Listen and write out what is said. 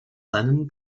seinen